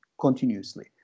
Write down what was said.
continuously